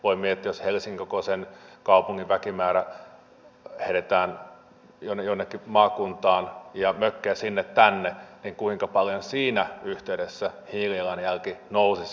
voi miettiä että jos helsingin kokoisen kaupungin väkimäärä heitetään jonnekin maakuntaan ja mökkejä sinne tänne niin kuinka paljon siinä yhteydessä hiilijalanjälki nousisi